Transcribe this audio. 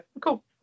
cool